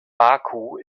baku